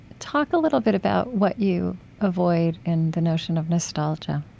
talk a little bit about what you avoid in the notion of nostalgia